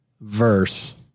verse